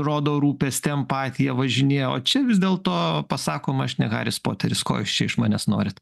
rodo rūpestį empatiją važinėja o čia vis dėlto pasakoma aš ne haris poteris ko jūs čia iš manęs norit